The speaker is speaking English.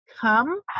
come